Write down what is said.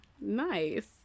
nice